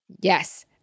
Yes